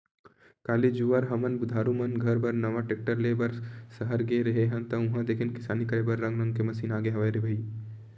काली जुवर हमन बुधारु मन घर बर नवा टेक्टर ले बर सहर गे रेहे हन ता उहां देखेन किसानी करे बर रंग रंग के मसीन आगे हवय रे भई